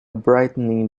brightening